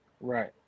Right